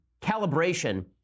calibration